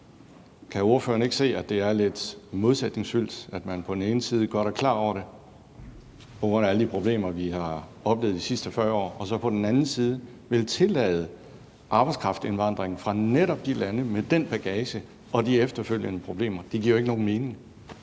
Kan ordføreren ikke se, at det er lidt modsætningsfyldt, at man på den ene side godt er klar over det på grund af alle de problemer, vi har oplevet de sidste 40 år, men på den anden side vil tillade arbejdskraftindvandring fra netop de lande med den bagage og de efterfølgende problemer? Det giver jo ikke nogen mening.